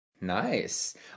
Nice